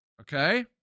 Okay